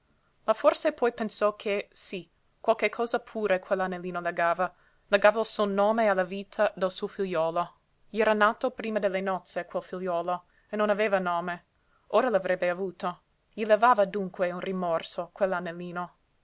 ma forse poi pensò che sí qualche cosa pure quell'anellino legava legava il suo nome alla vita del suo figliuolo gli era nato prima delle nozze quel figliuolo e non aveva nome ora l'avrebbe avuto gli levava dunque un rimorso quell'anellino